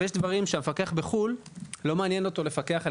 אבל יש דברים שמבחינת הפיקוח לא מעניינים את המפקח בחו"ל,